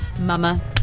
Mama